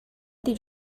did